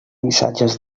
missatges